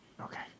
Okay